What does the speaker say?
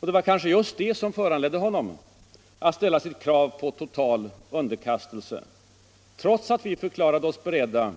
Och det var kanske just det som föranledde honom att ställa sitt krav på total underkastelse, trots att vi förklarat oss beredda